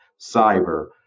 cyber